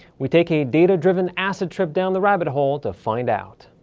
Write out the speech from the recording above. we take a data-driven acid trip down the rabbit hole to find out!